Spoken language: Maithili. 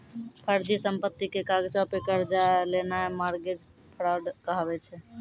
फर्जी संपत्ति के कागजो पे कर्जा लेनाय मार्गेज फ्राड कहाबै छै